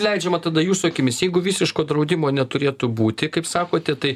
leidžiama tada jūsų akimis jeigu visiško draudimo neturėtų būti kaip sakote tai